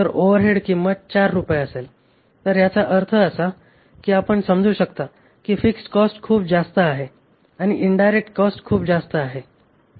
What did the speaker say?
तर याचा अर्थ असा की आपण समजू शकता की फिक्स्ड कॉस्ट खूप जास्त आहे आणि इनडायरेक्ट कॉस्ट खूप जास्त आहे